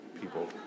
people